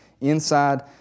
inside